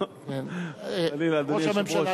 לא, חלילה, אדוני היושב-ראש.